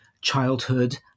childhood